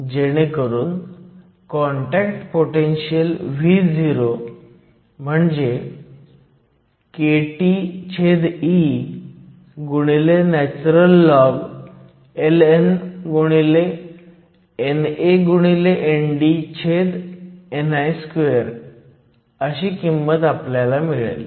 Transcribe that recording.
जेणेकरून contact potential Vo म्हणजे kTeln NANDni2 हे आपल्याला मिळेल